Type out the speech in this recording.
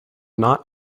not